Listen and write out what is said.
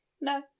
No